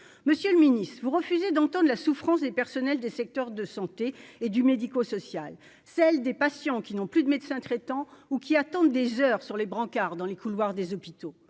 monsieur le Ministre, vous refusez d'antan de la souffrance des personnels des secteurs de santé et du médico-social, celle des patients qui n'ont plus de médecin traitant ou qui attendent des heures sur les brancards dans les couloirs des hôpitaux